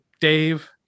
Dave